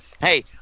Hey